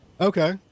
okay